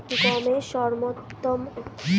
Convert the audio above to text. গমের সর্বোত্তম উচ্চফলনশীল ভ্যারাইটি নাম কি?